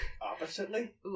Oppositely